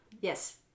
yes